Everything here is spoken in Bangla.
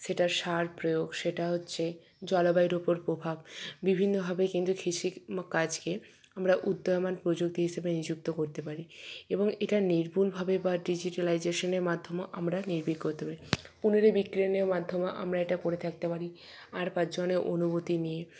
সেটা সার প্রয়োগ সেটা হচ্ছে জলবায়ুর ওপর প্রভাব বিভিন্নভাবে কিন্তু কৃষি কাজকে আমরা উদয়মান প্রযুক্তি হিসাবে নিযুক্ত করতে পারি এবং এটা নির্ভুলভাবে বা ডিজিটালাইজেশনের মাধ্যমেও আমরা করতে পারি পুনরীবিক্কিরনের মাধ্যমেও আমরা এটা করে থাকতে পারি আর পাঁচজনের অনুমতি নিয়ে